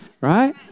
right